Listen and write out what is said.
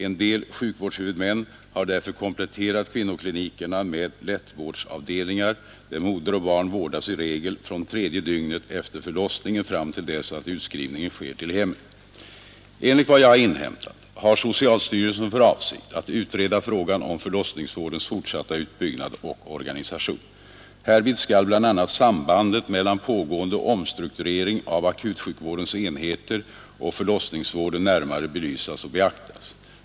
En del sjukvårdshuvudmän har därför kompletterat kvinnoklinikerna med lättvårdsavdelningar, där moder och barn vårdas i regel från tredje dygnet efter förlossningen fram till dess att utskrivning sker till hemmet. Enligt vad jag inhämtat har socialstyrelsen för avsikt att utreda frågan om förlossningsvårdens fortsatta utbyggnad och organisation. Härvid skall bl.a. sambandet mellan pågående omstrukturering av akutsjukvårdens enheter och förlossningsvården närmare belysas och beaktas.